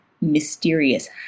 mysterious